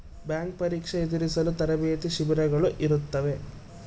bank ಪರೀಕ್ಷೆ ಎದುರಿಸಲು ತರಬೇತಿ ಶಿಬಿರಗಳು ಇರುತ್ತವೆ